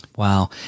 Wow